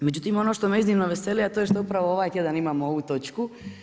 Međutim, ono što me iznimno veseli a to je što upravo ovaj tjedan imamo ovu točku.